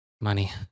money